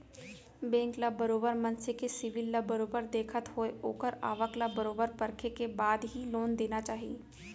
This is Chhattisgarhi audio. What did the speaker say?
बेंक ल बरोबर मनसे के सिविल ल बरोबर देखत होय ओखर आवक ल बरोबर परखे के बाद ही लोन देना चाही